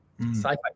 sci-fi